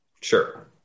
Sure